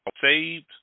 saved